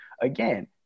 Again